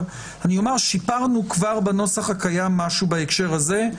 בנוסח הקיים שיפרנו כבר משהו בהקשר הזה,